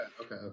Okay